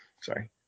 sorry